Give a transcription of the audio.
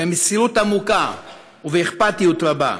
במסירות עמוקה ובאכפתיות רבה.